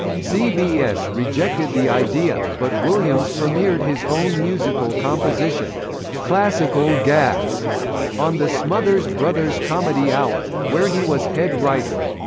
cbs rejected the idea, but williams premiered his own musical composition classical gas on the smothers brothers comedy hour, where he was head writer.